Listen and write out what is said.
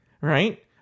right